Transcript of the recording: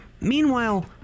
Meanwhile